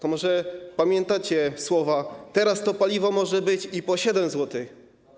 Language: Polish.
To może pamiętacie słowa: teraz to paliwo może być i po 7 zł.